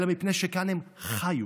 אלא מפני שכאן הם חיו